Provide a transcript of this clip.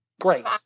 Great